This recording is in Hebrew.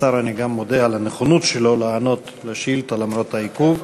לשר אני גם מודה על הנכונות שלו לענות על השאילתה למרות העיכוב.